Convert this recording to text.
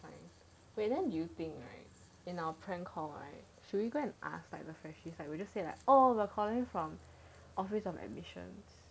wait then do you think right in our prank call should we go and ask like the freshie like should we say like calling from office of admission